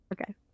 okay